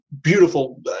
beautiful